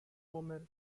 homer